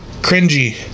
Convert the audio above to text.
cringy